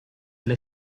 alle